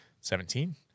Seventeen